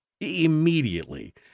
immediately